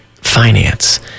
finance